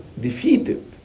defeated